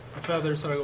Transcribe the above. feathers